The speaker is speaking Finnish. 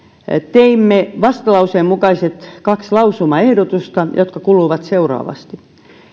teimme vastalauseen mukaiset kaksi lausumaehdotusta jotka kuuluvat seuraavasti